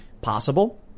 possible